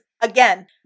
again